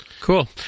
Cool